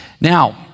Now